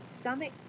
stomach